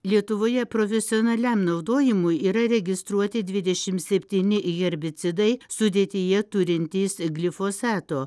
lietuvoje profesionaliam naudojimui yra registruoti dvidešim septyni herbicidai sudėtyje turintys glifosato